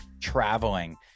traveling